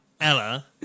Ella